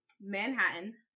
Manhattan